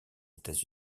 états